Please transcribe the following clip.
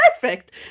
perfect